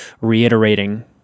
reiterating